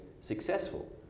successful